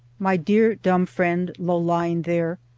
my dear dumb friend, low lying there,